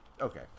okay